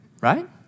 Right